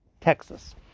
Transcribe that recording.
Texas